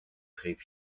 prix